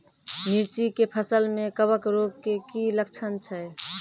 मिर्ची के फसल मे कवक रोग के की लक्छण छै?